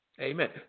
Amen